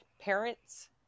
parents